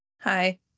Hi